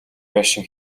байшин